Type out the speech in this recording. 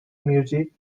music